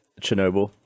Chernobyl